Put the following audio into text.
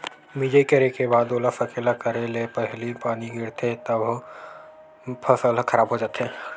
मिजई करे के बाद ओला सकेला करे ले पहिली पानी गिरगे तभो फसल ह खराब हो जाथे